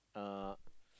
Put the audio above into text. uh